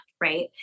right